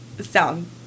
Sound